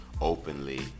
Openly